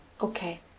Okay